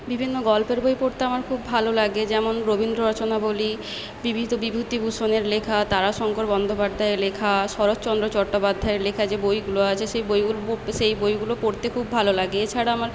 বিভিন্ন গল্পের বই পড়তে আমার খুব ভালো লাগে যেমন রবীন্দ্র রচনাবলি বিভিত বিভূতিভূষণের লেখা তারাশঙ্কর বন্দ্যোপাধ্যায়ের লেখা শরৎচন্দ্র চট্টোপাধ্যায়ের লেখা যে বইগুলো আছে সেই বইগুলো ব সেই বইগুলো পড়তে খুব ভালো লাগে এছাড়া আমার